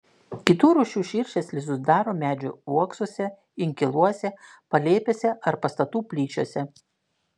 kitų rūšių širšės lizdus daro medžių uoksuose inkiluose palėpėse ar pastatų plyšiuose